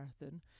marathon